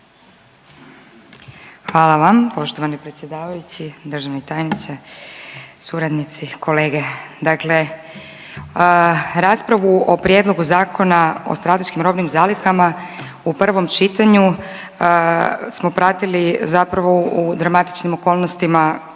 Hvala vam. Poštovani predsjedavajući, državni tajniče, suradnici, kolege. Dakle, raspravu o Prijedlogu zakona o strateškim robnim zalihama u prvom čitanju smo pratili zapravo u dramatičnim okolnostima